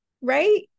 right